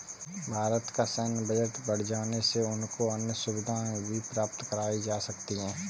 भारत का सैन्य बजट बढ़ जाने से उनको अन्य सुविधाएं भी प्राप्त कराई जा सकती हैं